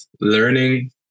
learning